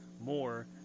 more